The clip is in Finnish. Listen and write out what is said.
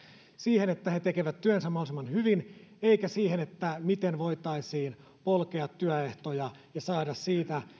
siihen että he tekevät työnsä mahdollisimman hyvin eikä siihen miten voitaisiin polkea työehtoja ja saada siitä